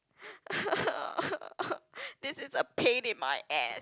this is a pain in my ass